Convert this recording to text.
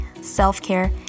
self-care